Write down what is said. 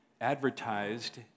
advertised